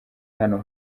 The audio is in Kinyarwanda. hano